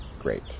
great